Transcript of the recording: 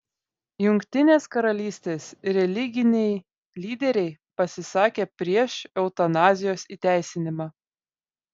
jungtinės karalystės religiniai lyderiai pasisakė prieš eutanazijos įteisinimą